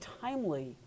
timely